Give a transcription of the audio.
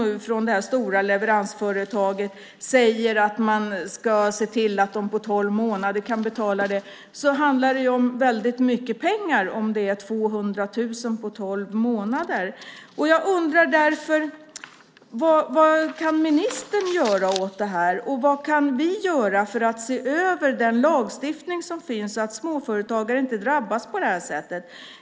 Även om det stora elhandelsföretaget säger till detta företag att det kan betala detta på 12 månader handlar det om väldigt mycket pengar - 200 000 på 12 månader. Jag undrar därför vad ministern kan göra åt detta, och vad vi kan göra för att se över den lagstiftning som finns, så att småföretagare inte drabbas på detta sätt.